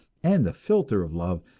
and the philter of love,